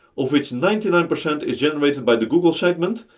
of which ninety nine percent is generated by the google segment,